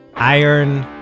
iron